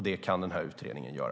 Det kan utredningen göra.